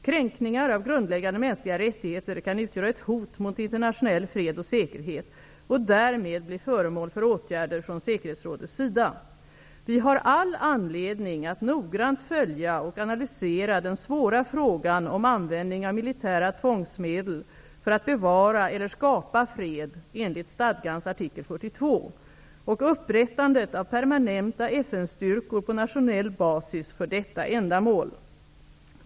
Kränkningar av grundläggande mänskliga rättigheter kan utgöra ett hot mot internationell fred och säkerhet och därmed bli föremål för åtgärder från säkerhetsrådets sida. Vi har all anledning att noggrant följa och analysera den svåra frågan om användning av militära tvångsmedel för att bevara eller skapa fred enligt stadgans artikel 42 och upprättandet av permanenta FN-styrkor på nationell basis för detta ändamål.